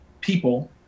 people